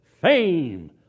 fame